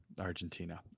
argentina